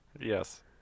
Yes